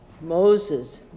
Moses